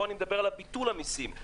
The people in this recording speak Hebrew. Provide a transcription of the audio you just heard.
פה אני מדבר על ביטול המיסים.